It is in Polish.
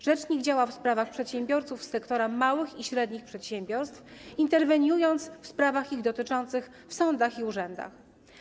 Rzecznik działa w sprawach przedsiębiorców z sektora małych i średnich przedsiębiorstw, interweniując w sprawach ich dotyczących w sądach i urzędach.